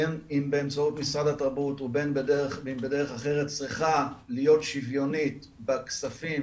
בין אם באמצעות משרד התרבות ובין בדרך אחרת צריכה להיות שוויונית בכספים